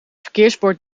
verkeersbord